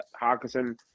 Hawkinson